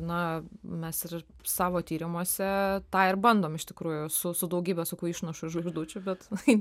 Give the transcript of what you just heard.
na mes ir savo tyrimuose tą ir bandom iš tikrųjų su su daugybe sakau išnašų žvaigždučių bet